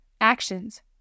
Actions